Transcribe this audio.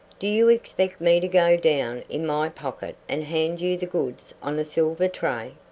do you expect me to go down in my pocket and hand you the goods on a silver tray?